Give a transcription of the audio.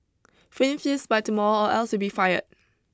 finish this by tomorrow or else you'll be fired